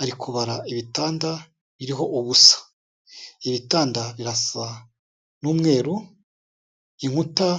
ari kubara ibitanda biriho ubusa. Ibitanda birasa n'umweru, inkuta